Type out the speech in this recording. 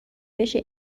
بشه